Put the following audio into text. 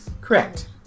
Correct